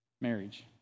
Marriage